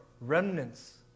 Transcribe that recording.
remnants